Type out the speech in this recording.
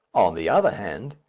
on the other hand,